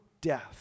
death